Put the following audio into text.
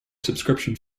subscription